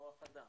כוח אדם,